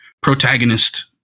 protagonist